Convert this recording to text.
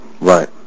right